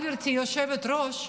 גברתי היושבת-ראש,